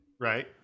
Right